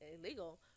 illegal